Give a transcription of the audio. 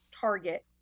Target